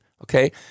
okay